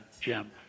Jim